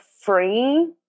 free